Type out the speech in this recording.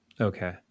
Okay